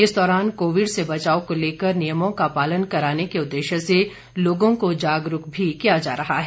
इस दौरान कोविड से बचाव को लेकर नियमों का पालन कराने के उद्देश्य से लोगों को जागरूक भी किया जा रहा है